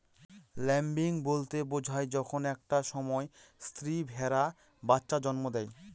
lambing বলতে বোঝায় যখন একটা সময় স্ত্রী ভেড়া বাচ্চা জন্ম দেয়